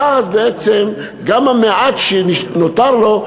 ואז בעצם גם המעט שנותר לו,